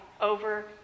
over